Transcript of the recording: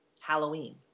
Halloween